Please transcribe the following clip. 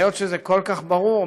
והיות שזה כל כך ברור,